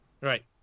Right